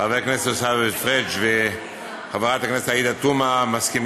חבר הכנסת עיסאווי פריג' וחברת הכנסת עאידה תומא,